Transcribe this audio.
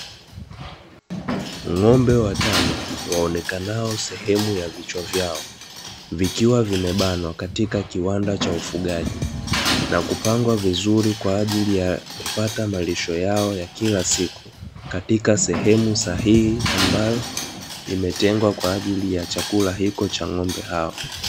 Ng'ombe watano waonekanao seemu za kichwa chao vikiwa zimebanwa katika kiwanda cha ufugaji na kupangwaa vizuri kwaajili ya kupata malisho yao ya kila siku, katika sehemu sahihi ambayo imetengwa kwa ajili ya chakula cha ng'ombe hao.